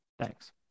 Thanks